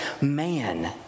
man